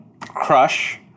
Crush